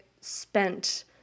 spent